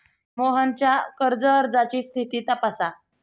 मोहनच्या कर्ज अर्जाची स्थिती तपासा